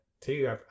two